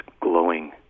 glowing